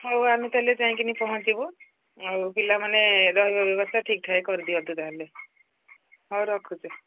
ହଉ ଆମେ ତା'ହେଲେ ଯାଇଁକିିନି ପହଞ୍ଚିବୁ ଆଉ ପିଲାମାନେ ରହିବା ବ୍ୟବସ୍ଥା ଠିକ୍ଠାକ୍ କରିଦିଅନ୍ତୁ ତା'ହେଲେ ହଉ ରଖୁଛି